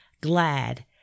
Glad